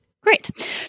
Great